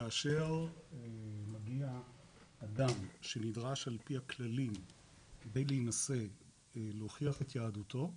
כאשר אדם שנדרש על פי הכללים בין אם להינשא להוכיח את יהדותו,